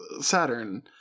Saturn